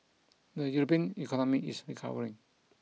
the European economy is recovering